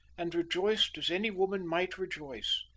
and rejoiced as any woman might rejoice,